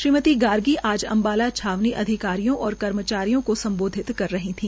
श्रीमती गार्गी आज अम्बाला छावनी अधिकारियों और कर्मचारियों को सम्बोधित कर रही थी